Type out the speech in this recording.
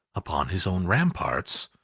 upon his own ramparts,